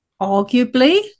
arguably